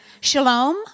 Shalom